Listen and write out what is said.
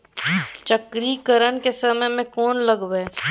चक्रीकरन के समय में कोन लगबै?